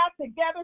together